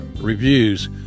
reviews